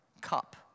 Cup